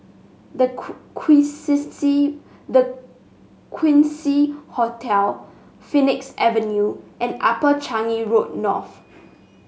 The The Quincy Hotel Phoenix Avenue and Upper Changi Road North